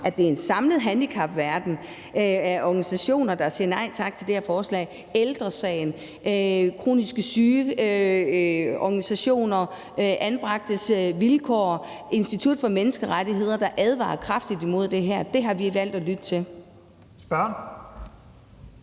at det er en samlet handicapverden, organisationer, der siger nej tak til det her forslag – Ældre Sagen, kroniske syge, De Anbragtes Vilkår, Institut for Menneskerettigheder advarer kraftigt imod det her. Det har vi valgt at lytte til.